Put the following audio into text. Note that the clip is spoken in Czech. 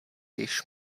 již